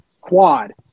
quad